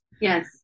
Yes